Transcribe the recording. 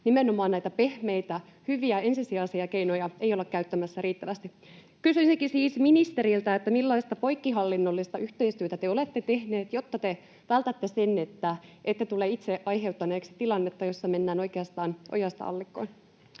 nimenomaan näitä pehmeitä, hyviä, ensisijaisia keinoja ei olla käyttämässä riittävästi. Kysyisinkin siis ministeriltä, millaista poikkihallinnollista yhteistyötä te olette tehneet, jotta te vältätte sen, että ette tule itse aiheuttaneeksi tilannetta, jossa mennään oikeastaan ojasta allikkoon?